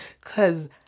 Cause